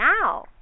now